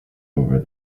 over